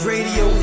Radio